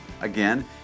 Again